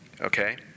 okay